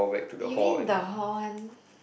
you mean the hall one